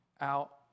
out